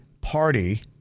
party